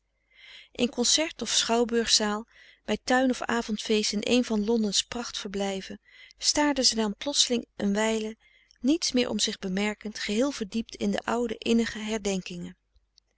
in concert of schouwburgzaal bij tuin of avondfeest in een van londen's prachtverblijven staarde zij dan plotseling een wijle niets meer om zich bemerkend geheel verdiept in de oude innige herdenkingen